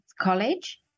college